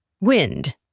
wind